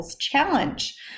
challenge